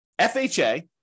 FHA